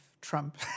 Trump